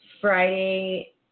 Friday